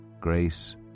Grace